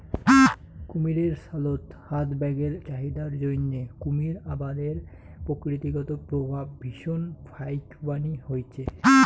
কুমীরের ছালত হাত ব্যাগের চাহিদার জইন্যে কুমীর আবাদের প্রকৃতিগত প্রভাব ভীষণ ফাইকবানী হইচে